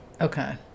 Okay